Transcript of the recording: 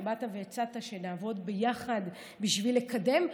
שבאת והצעת שנעבוד ביחד בשביל לקדם,